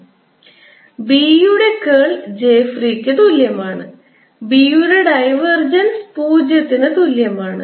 B യുടെ curl j ക്ക് തുല്യമാണ് B യുടെ ഡൈവർജൻസ് പൂജ്യത്തിന് തുല്യമാണ്